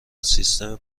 سیستم